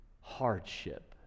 hardship